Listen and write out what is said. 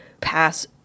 pass